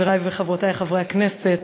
חברי וחברותי חברי הכנסת,